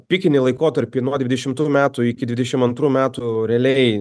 pikinį laikotarpį nuo dvidešimtų metų iki dvidešim antrų metų realiai